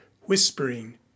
whispering